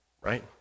Right